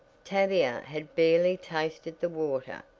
tavia had barely tasted the water,